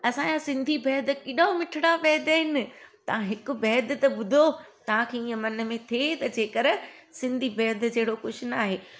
असांजा सिंधी बैदि केॾा मिठड़ा बैदि आहिनि तव्हां हिकु बैदि त ॿुधो तव्हांखे ईअं मन में थिए त जेकर सिंधी बैदि जहिड़ो कुझु न आहे